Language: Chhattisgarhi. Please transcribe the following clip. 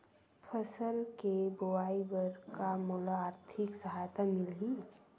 फसल के बोआई बर का मोला आर्थिक सहायता मिलही?